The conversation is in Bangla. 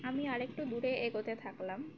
আমি আরেকটু দূরে এগোতে থাকলাম